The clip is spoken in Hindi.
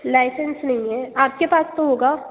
लाइसेंस नहीं है आपके पास तो होगा